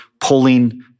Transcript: pulling